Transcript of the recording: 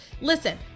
Listen